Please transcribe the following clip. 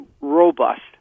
robust